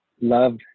love